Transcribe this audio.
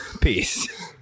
Peace